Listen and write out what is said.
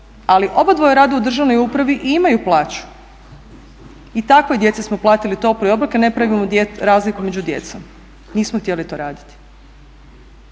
ali obadvoje rade u državnoj upravi i imaju plaću. I takvoj djeci smo platili topli obrok jer ne pravimo razliku među djecom, nismo htjeli to raditi.